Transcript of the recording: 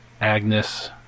Agnes